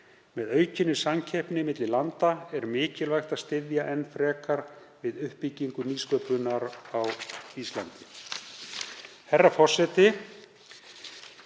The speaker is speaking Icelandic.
Með aukinni samkeppni milli landa er mikilvægt að styðja enn frekar við uppbyggingu nýsköpunar á Íslandi.“ Herra forseti.